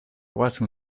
quasi